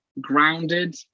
grounded